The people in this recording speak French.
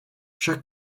chaque